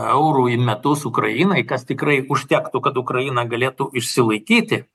eurų į metus ukrainai kas tikrai užtektų kad ukraina galėtų išsilaikyti